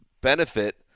benefit